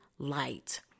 light